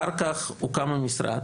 אחר כך הוקם המשרד.